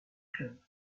club